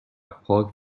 پاک